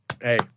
hey